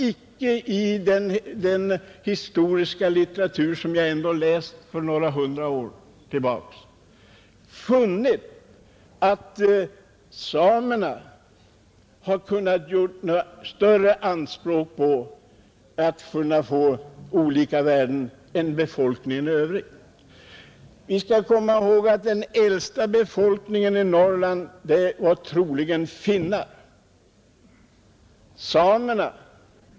I den historiska litteratur från flera hundra år tillbaka som jag har läst har jag icke funnit att samerna kunnat göra några större anspråk på att behandlas annorlunda än befolkningen i övrigt. Vi skall komma ihåg att den äldsta befolkningen i Norrland troligen var finnar.